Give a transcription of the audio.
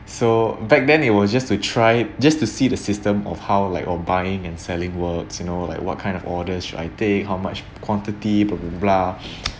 so back then it was just to try just to see the system of how like of buying and selling works you know like what kind of orders should I take how much quantity blah blah blah